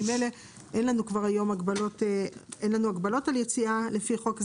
ממילא כבר אין לנו היום הגבלות על יציאה לפי חוק זה,